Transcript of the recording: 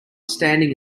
standing